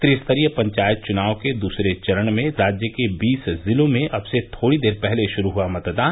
त्रिस्तरीय पंचायत चुनाव के दूसरे चरण में राज्य के बीस जिलों में अब से थोड़ी देर पहले शुरू हुआ मतदान